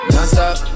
Non-stop